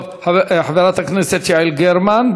טוב, חברת הכנסת יעל גרמן,